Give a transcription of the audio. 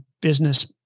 business